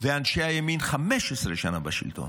ואנשי הימין 15 שנה בשלטון.